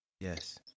yes